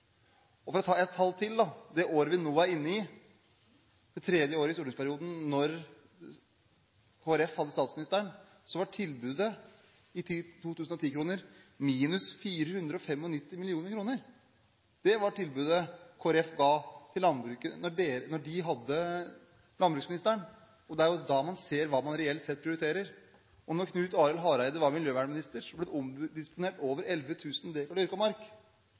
For å ta et tall til, det året vi nå er inne i, det tredje året i stortingsperioden: Da Kristelig Folkeparti hadde statsministeren, var tilbudet i 2010-kroner minus 495 mill. kr. Det var tilbudet Kristelig Folkeparti ga til landbruket da de hadde landbruksministeren, og det er da man ser hva man reelt sett prioriterer. Da Knut Arild Hareide var miljøvernminister, ble det omdisponert over 11 000 dekar dyrket mark. I fjor ble det omdisponert 6 070 dekar dyrket mark,